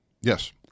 Yes